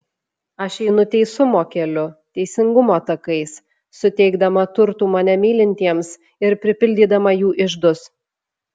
aš einu teisumo keliu teisingumo takais suteikdama turtų mane mylintiems ir pripildydama jų iždus